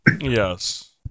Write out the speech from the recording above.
Yes